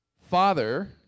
father